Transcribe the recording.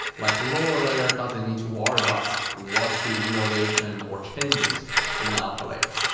like lower layer doesn't need to worry about what's the innovation or changes in the upper layer.